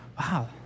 wow